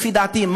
לדעתי,